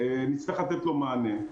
נצטרך לתת לו מענה.